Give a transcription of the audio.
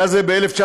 היה זה ב-1993,